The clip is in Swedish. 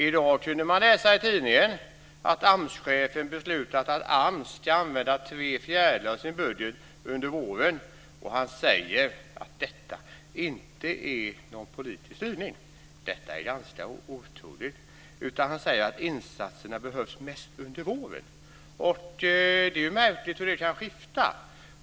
I dag kunde man i tidningen läsa att AMS-chefen beslutat att AMS ska använda tre fjärdedelar av sin budget under våren. Han säger att detta inte är någon politisk styrning - detta är ganska otroligt - utan att insatserna behövs mest under våren. Det är märkligt hur det kan skifta.